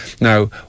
Now